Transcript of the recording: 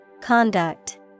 Conduct